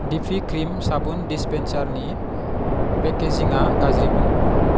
दिपि क्रिम साबुन डिसपेन्सारनि पेकेजिंआ गाज्रिमोन